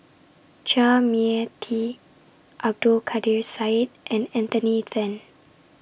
Chua Mia Tee Abdul Kadir Syed and Anthony Then